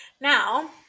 now